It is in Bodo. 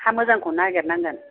हा मोजांखौ नागिरनांगोन